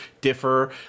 differ